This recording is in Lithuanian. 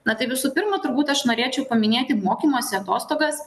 na tai visų pirma turbūt aš norėčiau paminėti mokymosi atostogas